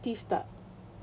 the objectives tak